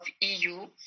EU